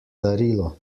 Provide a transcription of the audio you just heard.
darilo